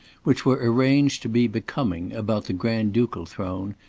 which were arranged to be becoming about the grand-ducal throne,